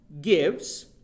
gives